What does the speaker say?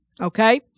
Okay